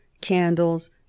candles